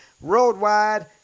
Worldwide